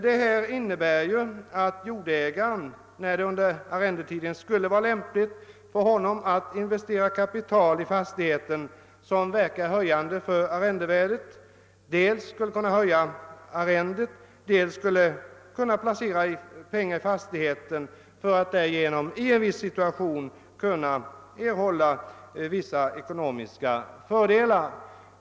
Den innebär att jordägaren, när det under arrendetiden skulle vara lämpligt för honom att i fastigheten investera kapital som verkar höjande på arrendevärdet, dels skulle kunna höja arrendet, dels skulle kunna placera pengar i fastigheten för att därigenom i en viss situation kunna erhålla ekonomiska fördelar.